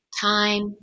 time